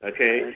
Okay